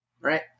right